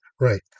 Right